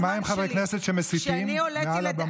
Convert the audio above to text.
ומה עם חברי כנסת שמסיתים מעל הבמה?